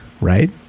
right